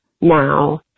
now